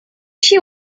she